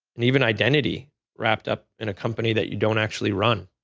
and even identity wrapped up in a company that you don't actually run.